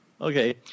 Okay